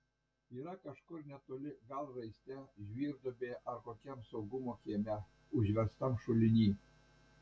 yra kažkur netoli gal raiste žvyrduobėje ar kokiam saugumo kieme užverstam šuliny